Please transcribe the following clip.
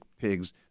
pigs